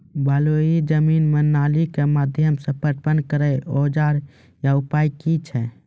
बलूआही जमीन मे नाली के माध्यम से पटवन करै औजार या उपाय की छै?